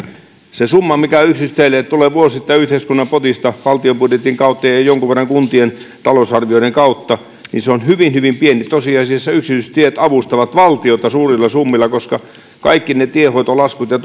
se summa mikä yksityisteille tulee vuosittain yhteiskunnan potista valtion budjetin kautta ja ja jonkun verran kuntien talousarvioiden kautta on hyvin hyvin pieni tosiasiassa yksityistiet avustavat valtiota suurilla summilla koska kaikkien niiden tiehoitolaskujen